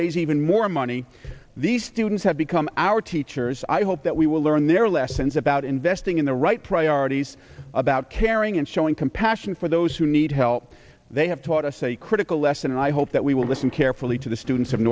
raise even more money these students have become our teachers i hope that we will learn their lessons about investing in the right priorities about caring and showing compassion for those who need help they have taught us a critical lesson and i hope that we will listen carefully to the students